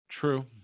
True